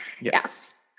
Yes